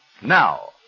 now